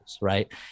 Right